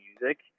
music